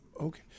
Okay